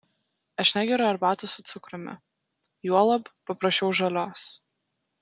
aš negeriu arbatos su cukrumi juolab paprašiau žalios